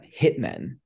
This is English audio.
Hitmen